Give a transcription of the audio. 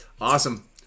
Awesome